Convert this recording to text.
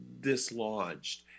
dislodged